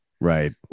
Right